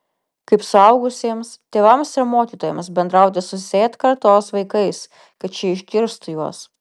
kaip suaugusiems tėvams ir mokytojams bendrauti su z kartos vaikais kad šie išgirstų juos